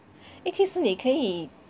eh 其实你可以